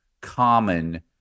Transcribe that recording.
common